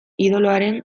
idoloaren